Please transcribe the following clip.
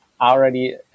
already